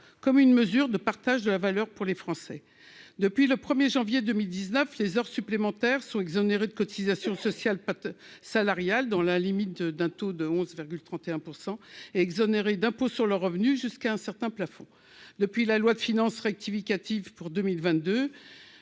comme une mesure de partage de la valeur pour les Français depuis le 1er janvier 2019, les heures supplémentaires sont exonérés de cotisations sociales salariales, dans la limite d'un taux de 11,31 % d'impôt sur le revenu, jusqu'à un certain plafond, depuis la loi de finances rectificative pour 2022,